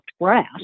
grass